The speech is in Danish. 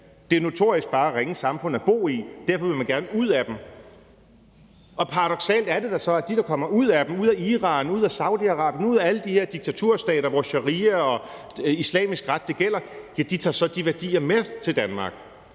det er notorisk bare ringe samfund at bo i, og derfor vil man gerne ud af dem. Paradoksalt er det da så, at de, der kommer ud af dem, ud af i Iran, ud af Saudi-Arabien, ud af alle de her diktaturstater, hvor sharia og islamisk ret gælder, så tager de værdier med til Danmark,